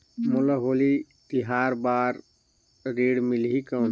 मोला होली तिहार बार ऋण मिलही कौन?